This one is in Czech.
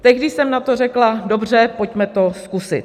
Tehdy jsem na to řekla: Dobře, pojďme to zkusit.